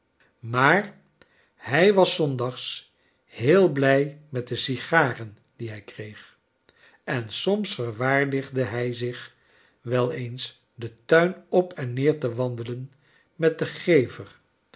maar hij was zondags heel blrj met de sigaren die hij kreeg en soms verwaardigde hij zich wel eens den tuin op en neer te wandelen met den gever